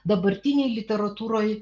dabartinėj literatūroj